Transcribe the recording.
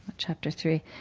chapter three.